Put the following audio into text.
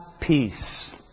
peace